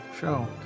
show